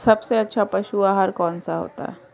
सबसे अच्छा पशु आहार कौन सा होता है?